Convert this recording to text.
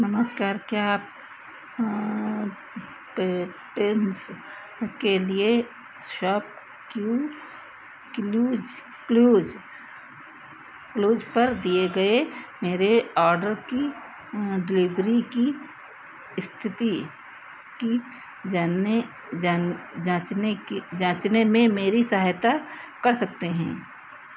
नमस्कार क्या आप पेन्स के लिए shop clue clues clues clues पर दिए गए मेरे ऑर्डर की डिलीवरी की स्थिति की जानने जाँचने की जाँचने में मेरी सहायता कर सकते हैं